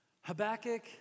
Habakkuk